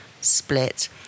split